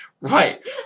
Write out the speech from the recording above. right